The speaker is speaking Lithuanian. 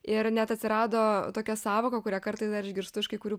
ir net atsirado tokia sąvoka kurią kartais dar išgirstu iš kai kurių